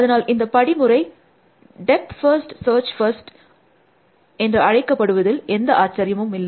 அதனால் இந்த படிமுறை டெப்த் ஃபர்ஸ்ட் சர்ச் என்று அழைக்கப்படுவதில் எந்த ஆச்சர்யமுமில்லை